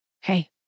Hey